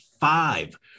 five